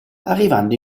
arrivando